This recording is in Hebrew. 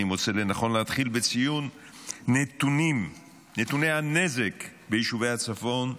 אני מוצא לנכון להתחיל בציון נתוני הנזק ביישובי הצפון,